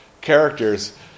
characters